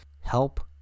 help